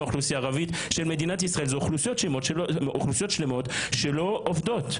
זה אוכלוסיות שלמות שלא עובדות.